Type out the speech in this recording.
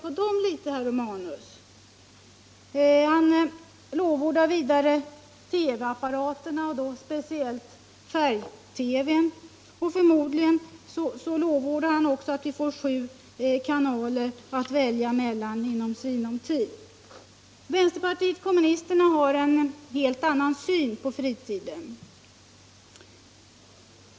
Herr Romanus lovordade TV-apparaterna och framför allt färg-TV-n. Förmodligen lovordar han också att vi i sinom tid förmodligen får sju kanaler att välja mellan. Vänsterpartiet kommunisterna har en helt annan syn på fritiden.